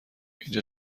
اینها